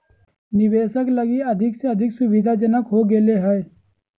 निवेशक लगी अधिक से अधिक सुविधाजनक हो गेल हइ